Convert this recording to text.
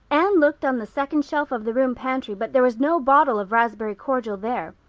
anne looked on the second shelf of the room pantry but there was no bottle of raspberry cordial there.